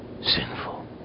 sinful